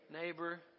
neighbor